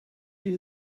you